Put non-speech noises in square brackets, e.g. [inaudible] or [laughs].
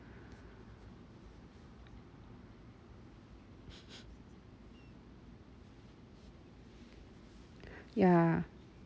[laughs] ya